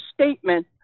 statement